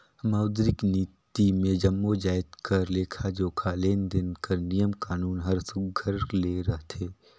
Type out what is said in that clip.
मौद्रिक नीति मे जम्मो जाएत कर लेखा जोखा, लेन देन कर नियम कानून हर सुग्घर ले रहथे